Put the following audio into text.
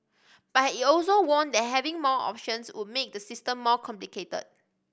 but he also warned that having more options would make the system more complicated